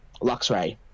Luxray